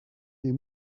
des